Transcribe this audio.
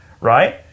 Right